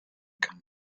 kann